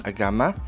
Agama